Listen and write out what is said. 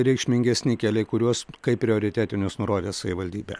reikšmingesni keliai kuriuos kaip prioritetinius nurodė savivaldybė